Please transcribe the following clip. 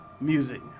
music